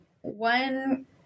one